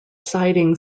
siding